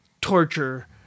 torture